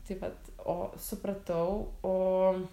taip pat o supratau o